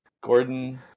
Gordon